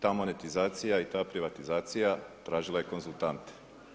Ta monetizacija i ta privatizacija tražila je konzultante.